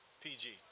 PG